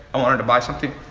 i wanted to buy something.